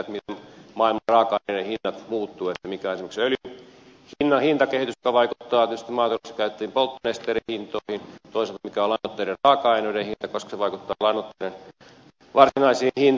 mikä on esimerkiksi öljyn hinnan kehitys joka vaikuttaa tietysti maataloudessa käytettävien polttonesteiden hintoihin ja mikä toisaalta on lannoitteiden raaka aineiden hinta koska se vaikuttaa lannoitteiden varsinaisiin hintoihin